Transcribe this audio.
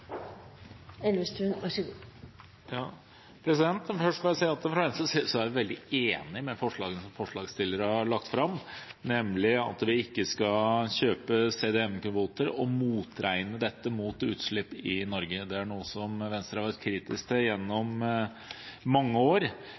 veldig enig i det som forslagsstilleren har lagt fram, nemlig at vi ikke skal kjøpe CDM-kvoter og regne dette opp mot utslipp i Norge, noe som Venstre har vært kritisk til gjennom mange år.